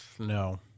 No